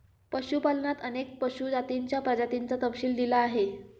पशुपालनात अनेक पशु जातींच्या प्रजातींचा तपशील दिला आहे